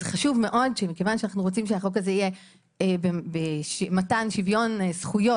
כיוון שאנו רוצים שזה יהיה במתן שוויון זכויות